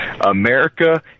America